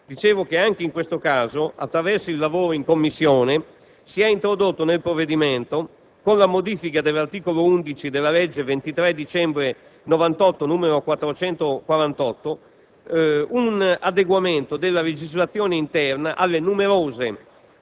finanze. Anche in questo caso, attraverso il lavoro in Commissione si è introdotto nel provvedimento, con la modifica dell'articolo 11 della legge 23 dicembre 1998, n. 448, un adeguamento della legislazione interna alle numerose